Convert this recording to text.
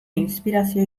inspirazio